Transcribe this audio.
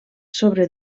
sobre